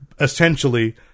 essentially